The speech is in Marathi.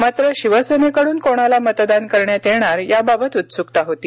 मात्र शिवसेनेकडून कोणाला मतदान करण्यात येणार याबाबत उत्सुकता होती